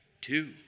two